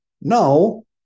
no